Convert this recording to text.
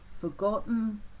forgotten